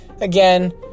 Again